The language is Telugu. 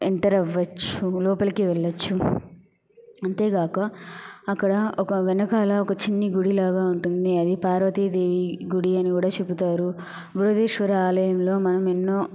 ఎంటర్ అవచ్చు లోపలకి వెళ్లచ్చు అంతేకాక అక్కడ ఒక వెనకాల ఒక చిన్ని గుడిలాగా ఉంటుంది అది పార్వతి దేవి గుడి అని కూడ చెప్తారు బృహదీశ్వర ఆలయంలో మనం ఎన్నో